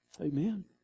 Amen